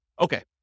Okay